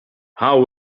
how